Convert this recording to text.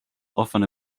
often